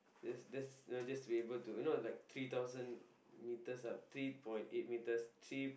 that that's not just to be able to you know like three thousand metres up three point eight metres three